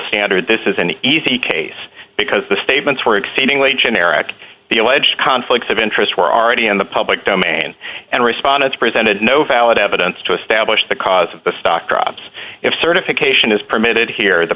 standard this is an easy case because the statements were exceedingly generic the alleged conflicts of interest were already in the public domain and respondents presented no valid evidence to establish the cause of the stock drops if certification is permitted here the